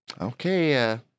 Okay